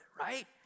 right